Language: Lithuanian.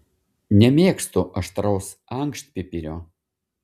nemėgstu aštraus ankštpipirio